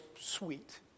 sweet